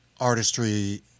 artistry